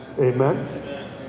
amen